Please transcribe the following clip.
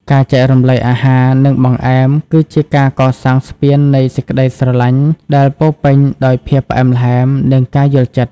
ការចែករំលែកអាហារ និងបង្អែម គឺជាការកសាងស្ពាននៃសេចក្ដីស្រឡាញ់ដែលពោរពេញដោយភាពផ្អែមល្ហែម និងការយល់ចិត្ត។